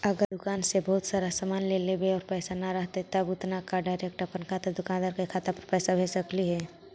अगर दुकान से बहुत सारा सामान ले लेबै और पैसा न रहतै उतना तब का डैरेकट अपन खाता से दुकानदार के खाता पर पैसा भेज सकली हे?